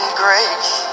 grace